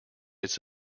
its